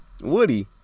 Woody